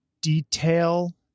detail